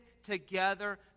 together